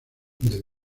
del